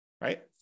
right